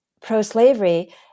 pro-slavery